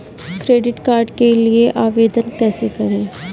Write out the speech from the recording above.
Credit card के लिए आवेदन कैसे करें?